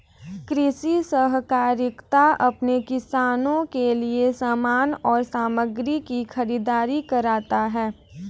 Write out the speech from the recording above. कृषि सहकारिता अपने किसानों के लिए समान और सामग्री की खरीदारी करता है